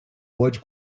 pode